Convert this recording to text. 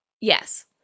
Yes